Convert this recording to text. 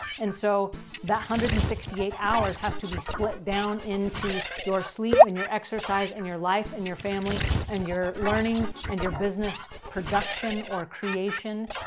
and so that one hundred and sixty eight hours has to be split down into your sleep and your exercise and your life and your family and your learning and your business production or creation,